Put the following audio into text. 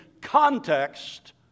context